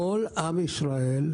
כל עם ישראל,